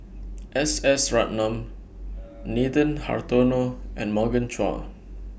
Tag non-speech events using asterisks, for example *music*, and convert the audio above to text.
*noise* S S Ratnam Nathan Hartono and Morgan Chua